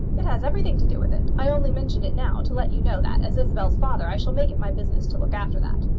it has everything to do with it. i only mention it now to let you know that, as isabel's father, i shall make it my business to look after that.